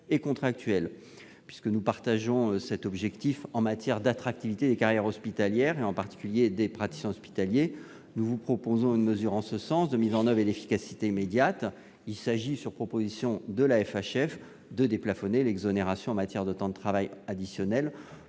et contractuels. Puisque nous partageons cet objectif en matière d'attractivité des carrières hospitalières, en particulier des praticiens hospitaliers, nous vous proposons une mesure en ce sens, de mise en oeuvre et d'efficacité immédiates. Reprenant une proposition de la FHF, notre amendement a pour objet de déplafonner l'exonération en matière de temps de travail additionnel,